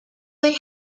they